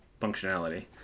functionality